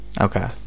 Okay